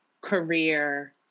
career